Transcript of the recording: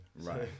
right